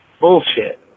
Bullshit